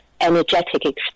energetic